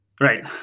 Right